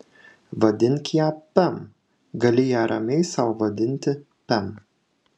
vadink ją pem gali ją ramiai sau vadinti pem